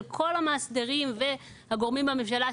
בקרב כל המאסדרים והגורמים בממשלה,